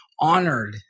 honored